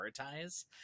prioritize